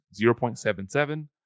0.77